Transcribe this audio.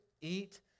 eat